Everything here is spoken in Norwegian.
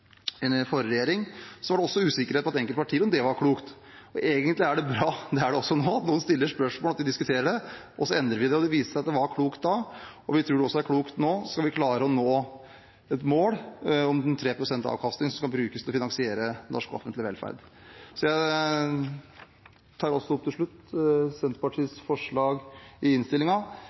klokt. Egentlig er det bra, det er det også nå, at noen stiller spørsmål, og at vi diskuterer det. Så endrer vi det. Det viste seg at det var klokt da, vi tror også det er klokt nå – om vi skal klare å nå et mål om 3 pst. avkastning som skal brukes til å finansiere norsk offentlig velferd. Jeg tar til slutt opp Senterpartiets forslag i